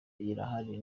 irahari